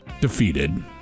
defeated